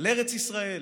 על ארץ ישראל,